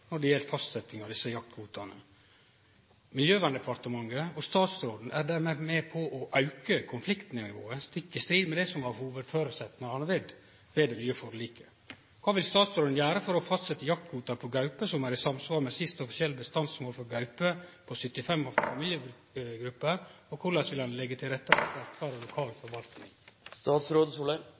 når det gjeld fastsetjing av desse jaktkvotane. Miljøverndepartementet og statsråden er dermed med på å auke konfliktnivået, stikk i strid med det som var hovudføresetnaden ved det nye forliket. Kva vil statsråden gjere for å fastsetje jaktkvotar på gaupe som er i samsvar med dei siste offisielle bestandsmåla for gaupe på 75 familiegrupper? Og korleis vil han leggje til rette for lokal